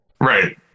Right